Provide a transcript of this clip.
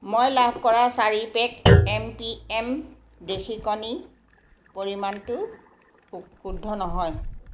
মই লাভ কৰা চাৰি পেক এম পি এম দেশী কণী পৰিমাণটো শুদ্ধ নহয়